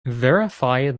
verify